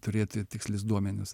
turėti tikslius duomenis